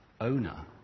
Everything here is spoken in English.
owner